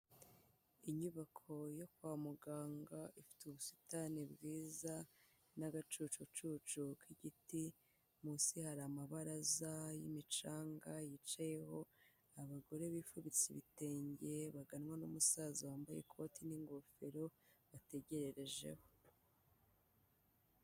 Inyubako yo kwa muganga ifite ubusitani bwiza n'agacucucucu k'igiti, munsi hari amabaraza y'imicanga yicayeho abagore bifubitse ibitenge baganwa n'umusaza wambaye ikote n'ingofero bategererejeho.